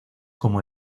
como